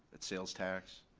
that sales tax,